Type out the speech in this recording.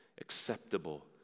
acceptable